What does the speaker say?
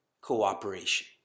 cooperation